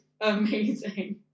amazing